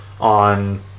on